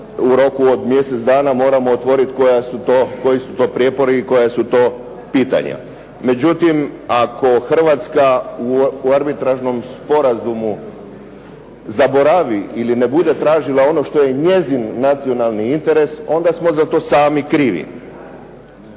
u roku od mjesec dana moramo otvoriti koji su to prijepori i koja su to pitanja. Međutim, ako Hrvatska u arbitražnom sporazumu zaboravi ili ne bude tražila ono što je njezin nacionalni interes onda smo za to sami krivi.